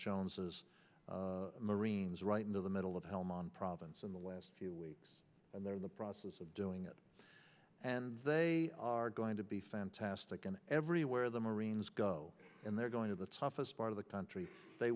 jones's marines right in the middle of helmand province in the last few weeks and they're in the process of doing it and they are going to be fantastic and everywhere the marines go and they're going to the toughest part of the country they